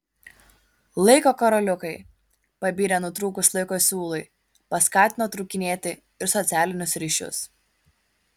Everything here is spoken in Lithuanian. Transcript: laiko karoliukai pabirę nutrūkus laiko siūlui paskatino trūkinėti ir socialinius ryšius